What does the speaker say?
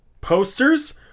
Posters